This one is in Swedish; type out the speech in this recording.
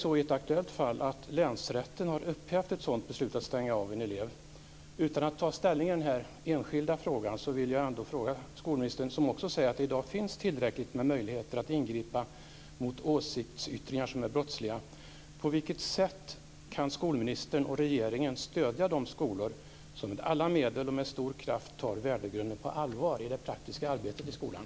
I ett aktuellt fall har länsrätten upphävt ett beslut att stänga av en elev. Utan att ta ställning i den enskilda frågan vill jag ändå ställa en fråga till skolministern. Hon säger att det i dag finns tillräckliga möjligheter att ingripa mot åsiktsyttringar som är brottsliga. På vilket sätt kan skolministern och regeringen stödja de skolor som med alla medel och stor kraft tar värdegrunden på allvar i det praktiska arbetet i skolan?